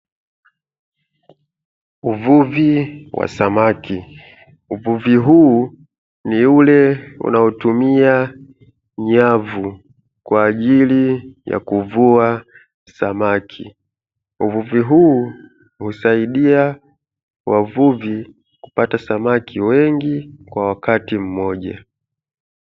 Uvuvi wa samaki. Uvuvi huu ni ule unaotumia nyavu kwa ajili ya kuvua samaki. Uvuvi huu husaidia wavuvi kupata samaki wengi kwa wakati mmoja.